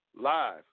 live